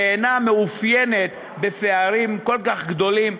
שאינה מתאפיינת בפערים כל כך גדולים,